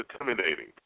intimidating